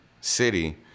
city